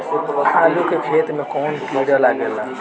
आलू के खेत मे कौन किड़ा लागे ला?